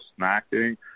snacking